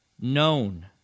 known